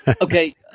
Okay